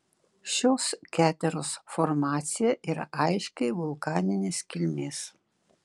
šios keteros formacija yra aiškiai vulkaninės kilmės